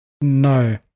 no